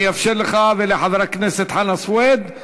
אני אאפשר לך ולחבר הכנסת חנא סוייד,